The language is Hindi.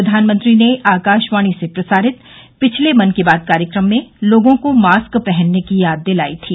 प्रधानमंत्री ने आकाशवाणी से प्रसारित पिछले मन की बात कार्यक्रम में लोगों को मास्क पहनने की याद दिलाई थी